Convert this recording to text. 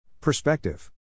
Perspective